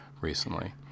recently